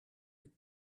with